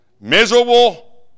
miserable